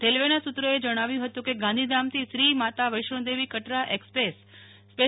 રેલવેના સુત્રોએ જણાવ્યું હતું કે ગાંધીધામથી શ્રી માતા વૈષ્ણોદેવી કટરા એક્સપ્રેસ સ્પે